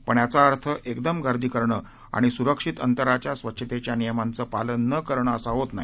पण याचा अर्थ एकदम गर्दी करणं आणि सुरक्षित अंतराच्या स्वच्छतेच्या नियमांचं पालन न करणं असा होत नाही